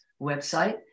website